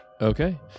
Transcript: Okay